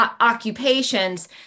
occupations